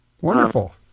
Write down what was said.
Wonderful